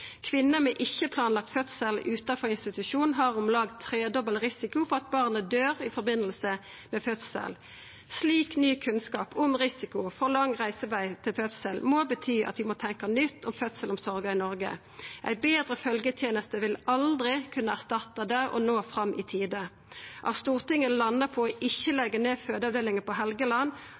Kvinner med ikkje planlagd fødsel utanfor institusjon har om lag tredobbel risiko for at barnet døyr i samband med fødsel. Slik ny kunnskap om risiko for lang reiseveg til fødsel må bety at ein må tenkja nytt om fødselsomsorga i Noreg. Ei betre følgjeteneste vil aldri kunna erstatta det å nå fram i tide. At Stortinget landar på å ikkje leggja ned fødeavdelinga på Helgeland,